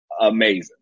amazing